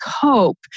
cope